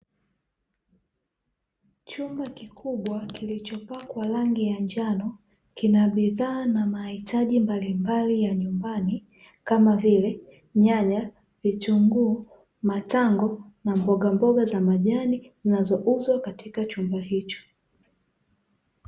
Chumba kikubwa kilichopakwa rangi ya njano kina bidhaa na mahitaji mbalimbali ya nyumbani kama vile nyanya, vitunguu, matango, na mboga mboga za majani zinazouzwa katika chumba hicho .